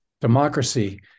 democracy